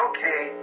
Okay